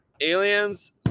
aliens